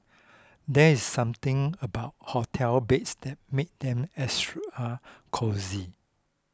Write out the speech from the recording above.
there is something about hotel beds that makes them extra cosy